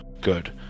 good